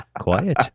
quiet